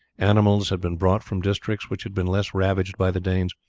animals had been brought from districts which had been less ravaged by the danes,